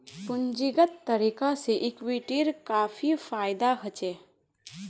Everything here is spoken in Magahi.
पूंजीगत तरीका से इक्विटीर काफी फायेदा होछे